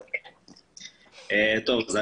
בבקשה.